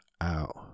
out